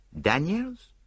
Daniels